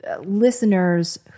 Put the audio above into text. listeners